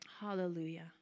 Hallelujah